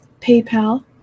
PayPal